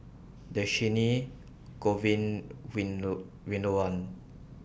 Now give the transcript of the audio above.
Dhershini Govin Winodan